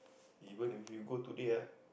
even if you go today ah